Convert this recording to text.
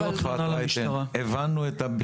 אז איך אתה מסביר את זה?